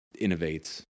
innovates